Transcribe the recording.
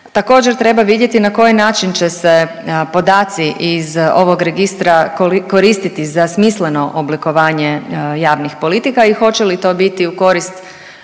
Također, treba vidjeti na koji način će se podaci iz ovog Registra koristiti za smisleno oblikovanje javnih politika i hoće li to biti u korist